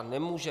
Nemůže.